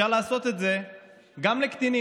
והיום אפשר לעשות את זה גם לקטינים,